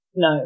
No